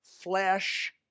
flesh